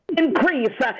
increase